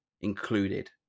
included